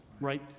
right